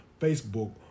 Facebook